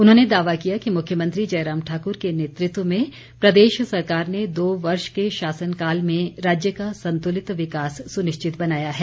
उन्होंने दावा किया कि मुख्यमंत्री जयराम ठाकुर के नेतृत्व में प्रदेश सरकार ने दो वर्ष के शासन काल में राज्य का संतुलित विकास सुनिश्चित बनाया है